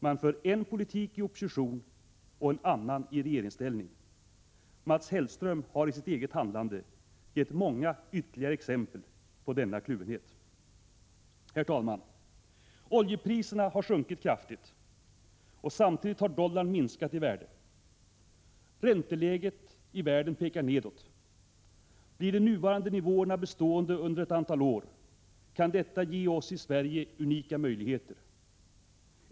Man för en politik i opposition och en annan i regeringsställning. Mats Hellström har i sitt eget handlande gett många ytterligare exempel på denna kluvenhet. Herr talman! Oljepriset har sjunkit kraftigt, och samtidigt har dollarn minskat i värde. Ränteläget i världen pekar nedåt. Blir de nuvarande nivåerna bestående under ett antal år, kan detta ge oss i Sverige unika möjligheter.